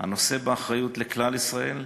הנושא באחריות לכלל ישראל,